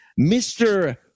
Mr